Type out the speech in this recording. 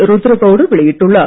ருத்ரகவுடு வெளியிட்டுள்ளார்